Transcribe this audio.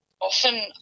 often